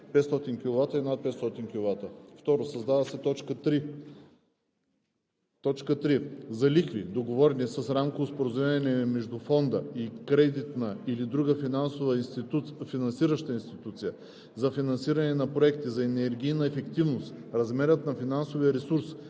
„500 kW и над 500 kW“. 2. Създава се т. 3: „3. за лихви, договорени с рамково споразумение между фонда и кредитна или друга финансираща институция за финансиране на проекти за енергийна ефективност; размерът на финансовия ресурс,